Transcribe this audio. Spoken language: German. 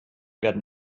werden